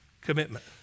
commitment